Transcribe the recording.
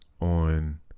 on